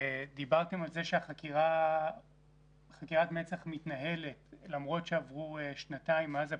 דיברתם על כך שחקירת מצ"ח מתנהלת למרות שעברו שנתיים מאז הפציעה.